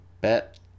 Bet